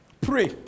Pray